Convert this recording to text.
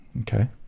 okay